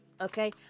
okay